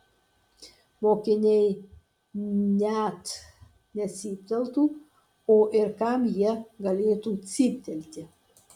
mokiniai net necypteltų o ir kam jie galėtų cyptelti